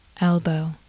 Elbow